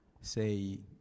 say